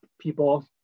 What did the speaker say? people